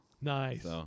Nice